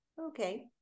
okay